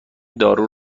دارو